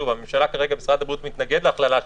כרגע משרד הבריאות מתנגד להכללה,